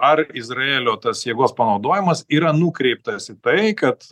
ar izraelio tas jėgos panaudojimas yra nukreiptas į tai kad